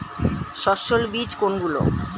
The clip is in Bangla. সস্যল বীজ কোনগুলো?